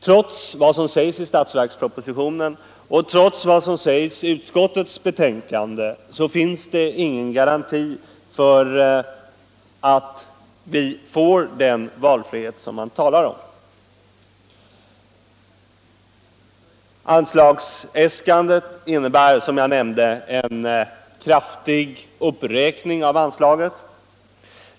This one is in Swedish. Trots vad som sägs i statsverkspropositionen och utskottsbetänkandet finns det ingen garanti för att vi får den valfrihet det talas om. Anslagsäskandet innebär, som jag nämnde, en kraftig uppräkning.